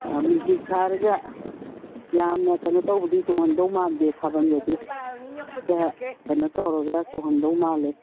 music ꯊꯥꯔꯒ ꯌꯥꯝꯅ ꯀꯩꯅꯣ ꯇꯧꯕꯗꯤ ꯆꯣꯡꯍꯟꯗꯧ ꯃꯥꯟꯗꯦ ꯊꯥꯕꯜꯗꯗꯤ ꯈꯔ ꯀꯩꯅꯣ ꯇꯧꯔꯒ ꯆꯣꯡꯍꯟꯗꯧ ꯃꯥꯜꯂꯦ